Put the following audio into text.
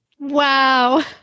Wow